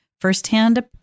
firsthand